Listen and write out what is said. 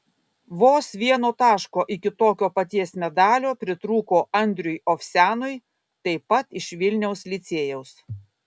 vos vieno taško iki tokio paties medalio pritrūko andriui ovsianui taip pat iš vilniaus licėjaus